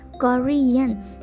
Korean